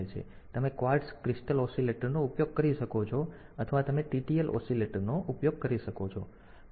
તેથી તમે quartz crystal oscillator નો ઉપયોગ કરી શકો છો અથવા તમે TTL ઓસિલેટરનો ઉપયોગ કરી શકો છો